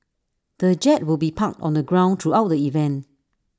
the jet will be parked on the ground throughout the event